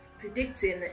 predicting